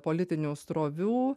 politinių srovių